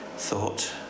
thought